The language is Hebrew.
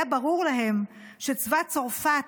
היה ברור להם שצבא צרפת,